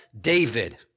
David